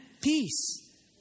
peace